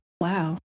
wow